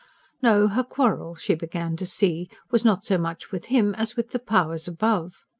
no, her quarrel, she began to see, was not so much with him as with the powers above.